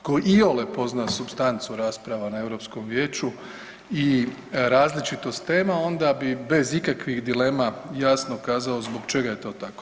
Tko iole pozna supstancu rasprava na Europskom vijeću i različitost tema onda bi bez ikakvih dilema jasno kazao zbog čega je to tako.